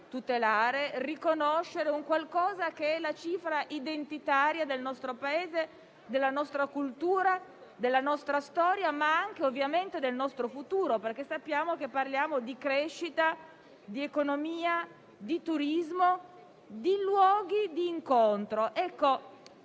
tutelare e riconoscere un qualcosa che rappresenta, appunto, la cifra identitaria del nostro Paese, della nostra cultura, della nostra storia, ma ovviamente anche del nostro futuro, perché sappiamo che parliamo di crescita, di economia, di turismo, di luoghi di incontro.